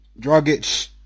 Dragic